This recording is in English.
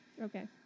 Okay